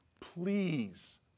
Please